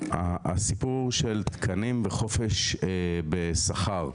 הסיפור של תקנים בחופש בשכר.